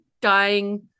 dying